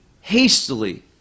hastily